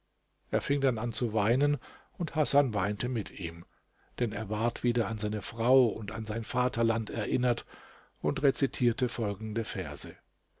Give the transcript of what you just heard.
er fing dann an zu weinen und hasan weinte mit ihm denn er ward wieder an seine frau und an sein vaterland erinnert und rezitierte folgende verse